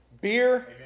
beer